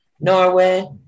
Norway